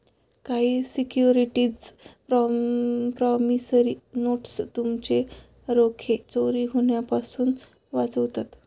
काही securities promissory notes तुमचे रोखे चोरी होण्यापासून वाचवतात